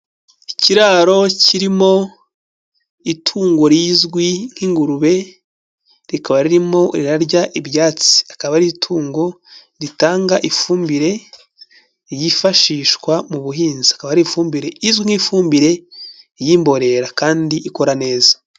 Ikiraro kirimo itungo rizwi nk'ingurube rikaba ririmo rirarya ibyatsi, akaba ari itungo ritanga ifumbire yifashishwa mu buhinzi, akaba ari ifumbire izwi nk'ifumbire y'imborera kandi ikora neza.